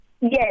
yes